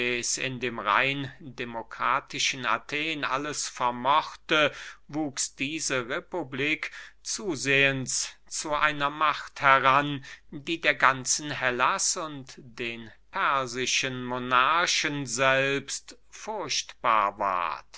in dem rein demokratischen athen alles vermochte wuchs diese republik zusehends zu einer macht heran die der ganzen hellas und den persischen monarchen selbst furchtbar ward